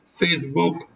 facebook